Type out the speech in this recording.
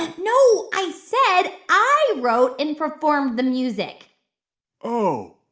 and no. i said i wrote and performed the music oh